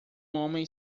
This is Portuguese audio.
homem